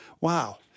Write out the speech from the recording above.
Wow